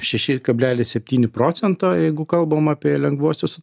šeši kablelis septyni procento jeigu kalbam apie lengvuosius